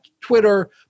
Twitter